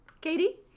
katie